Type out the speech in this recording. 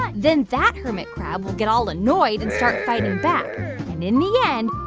ah then that hermit crab will get all annoyed and start fighting back. and in the end,